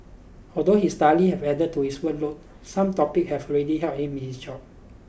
although his studies have added to his workload some topic have already helped him in his job